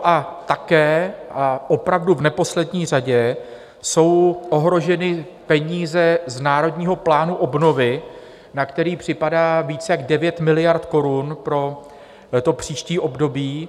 A také a opravdu v neposlední řadě jsou ohroženy peníze z Národního plánu obnovy, na který připadá víc jak 9 miliard korun pro příští období.